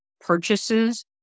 purchases